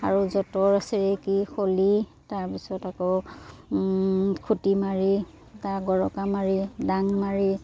আৰু যঁতৰ চেৰেকী শলি তাৰপিছত আকৌ খুঁটিমাৰি তাৰ গৰকামাৰি ডাংমাৰি